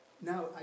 Now